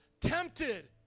tempted